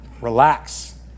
Relax